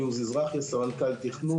אני סמנכ"ל תכנון,